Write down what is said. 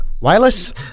wireless